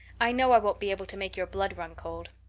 i know i won't be able to make your blood run cold.